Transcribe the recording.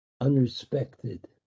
unrespected